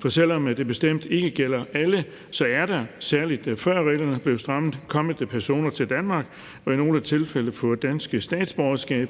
For selv om det bestemt ikke gælder alle, er der, særlig før reglerne blev strammet, kommet personer til Danmark, der i nogle tilfælde har fået dansk statsborgerskab,